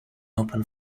open